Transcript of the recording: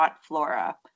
Flora